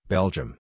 Belgium